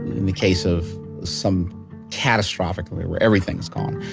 in the case of some catastrophic where everything's gone,